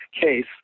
case